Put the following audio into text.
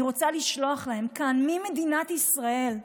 אני רוצה לשלוח מכאן, ממדינת ישראל,